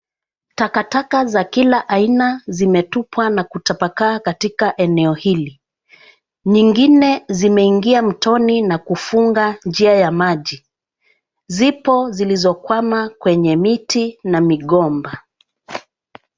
Takataka za kila aina zimetupwa na kutapakaa katika eneo hili. Nyingine zimeingia mtoni, na kufunga njia ya maji. Zipo zilizokwama kwenye miti, na migomba.